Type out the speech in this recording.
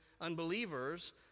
unbelievers